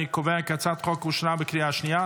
אני קובע כי הצעת החוק אושרה בקריאה שנייה.